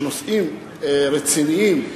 שנושאים רציניים,